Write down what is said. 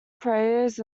prayers